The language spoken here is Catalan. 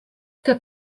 que